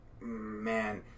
man